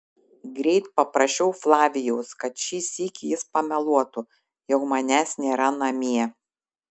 greit paprašiau flavijaus kad šį sykį jis pameluotų jog manęs nėra namie